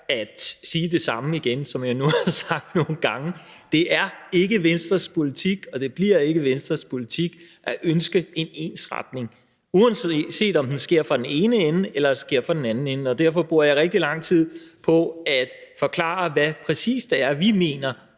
at sige det samme igen, som jeg nu har sagt nogle gange: Det er ikke Venstres politik, og det bliver ikke Venstres politik at ønske en ensretning, uanset om den sker fra den ene ende eller fra den anden ende. Og derfor bruger jeg rigtig lang tid på at forklare, hvad det præcist er, vi mener